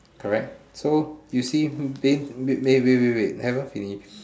correct so you see they they wait wait wait wait haven't finish